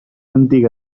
antiga